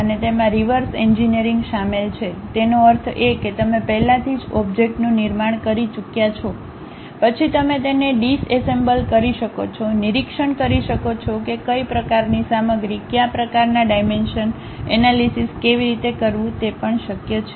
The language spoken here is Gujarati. અને તેમાં રિવર્સ એન્જિનિયરિંગ શામેલ છે તેનો અર્થ એ કે તમે પહેલાથી જ ઓબ્જેક્ટનું નિર્માણ કરી ચૂક્યા છે પછી તમે તેને ડિસએસેમ્બલ કરી શકો છો નિરીક્ષણ કરી શકો છો કે કઈ પ્રકારની સામગ્રી કયા પ્રકારનાં ડાઇમેંશન એનાલીશીશ કેવી રીતે કરવું તે પણ શક્ય છે